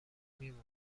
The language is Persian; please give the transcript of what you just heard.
میمرد